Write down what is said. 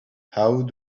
how